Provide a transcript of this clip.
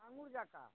माङुर जकाँ